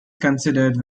considered